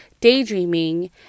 daydreaming